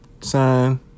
sign